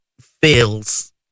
feels